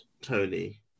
Tony